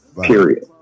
Period